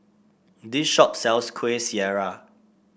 this shop sells Kueh Syara